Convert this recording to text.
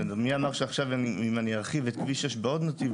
מי אמר שאם עכשיו ארחיב את כביש 6 בעוד נתיב,